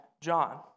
John